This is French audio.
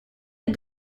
est